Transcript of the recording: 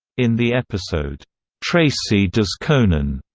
in the episode tracy does conan,